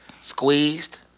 squeezed